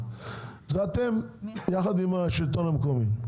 זה אתם יחד עם השלטון המקומי,